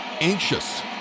Anxious